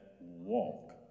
walk